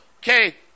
okay